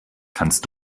kannst